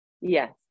Yes